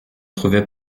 trouvez